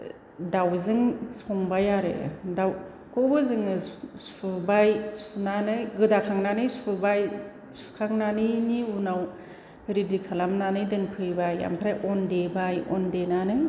दाउजों संबाय आरो दाउखौबो जोंङो सुबाय सुनानै गोदाखांनानै सुबाय सुखांनायनि उनाव रेडि खालामनानै दोनफैबाय आमफ्राय अन देबाय अन देनानै